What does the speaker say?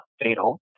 fatal